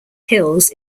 hills